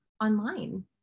online